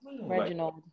reginald